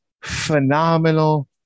Phenomenal